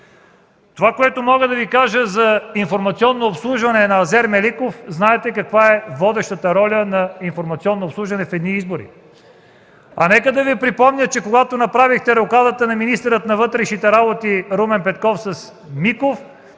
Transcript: Това, което мога да Ви кажа за „Информационно обслужване” на Азер Меликов, знаете каква е водещата роля на „Информационно обслужване” в едни избори. Нека да Ви припомня, че когато направихте рокадата на министъра на вътрешните работи Румен Петков с Миков,